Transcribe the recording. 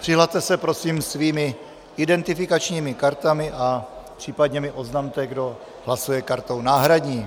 Přihlaste se prosím svými identifikačními kartami a případně mi oznamte, kdo hlasuje kartou náhradní.